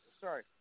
Sorry